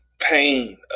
pain